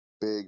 Big